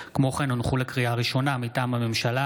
כי הונחו היום על שולחן הכנסת,